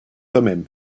thummim